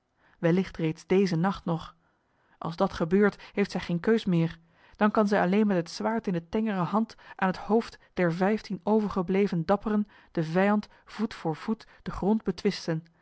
wellicht reeds dezen nacht nog als dat gebeurt heeft zij geene keus meer dan kan zij alleen met het zwaard in de tengere hand aan het hoofd der vijftien overgebleven dapperen den vijand voet voor voet den grond betwisten